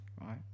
Right